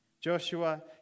joshua